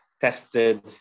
tested